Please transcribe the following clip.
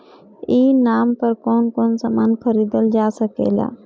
ई नाम पर कौन कौन समान खरीदल जा सकेला?